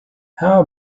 how